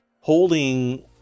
holding